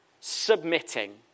submitting